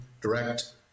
direct